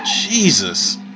Jesus